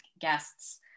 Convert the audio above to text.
guests